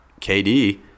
KD